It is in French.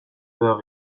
peur